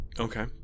Okay